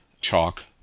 chalk